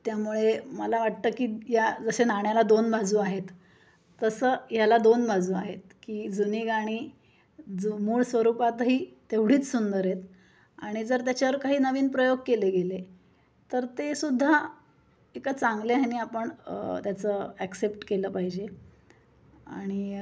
त्यामुळे मला वाटतं की या जसे नाण्याला दोन बाजू आहेत तसं याला दोन बाजू आहेत की जुनी गाणी जु मूळ स्वरूपातही तेवढीच सुंदर आहेत आणि जर त्याच्यावर काही नवीन प्रयोग केले गेले तर ते सुद्धा एका चांगल्या ह्याने आपण त्याचं ॲक्सेप्ट केलं पाहिजे आणि